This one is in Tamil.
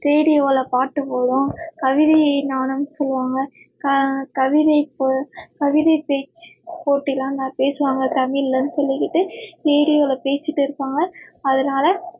ரேடியோவில் பாட்டு போடுவான் கவிதை நாணம்னு சொல்வாங்க க கவிதை கவிதை பேச்சு போட்டியெலாம் நல்லா பேசுவாங்க தமிழில்னு சொல்லிக்கிட்டு ரேடியோவில் பேசிகிட்டு இருப்பாங்க அதனால